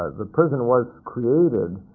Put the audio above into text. the prison was created